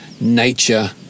nature